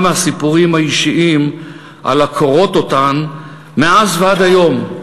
מהסיפורים האישיים על הקורות אותן מאז ועד היום,